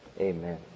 Amen